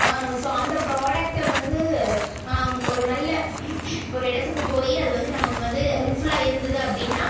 so அந்த ப்ராடக்கிட்ட வந்து ஒரு நல்ல ஒரு இடத்துக்கு போய் அது வந்து நமக்கு வந்து ஹெல்ஃப்ஃபுல்லா இருந்தது அப்படின்னா